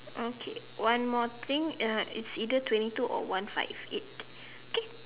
okay one more thing uh it's either twenty two or one five eight K